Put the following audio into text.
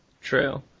True